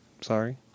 Sorry